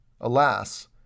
alas